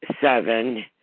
seven